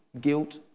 guilt